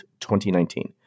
2019